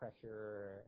pressure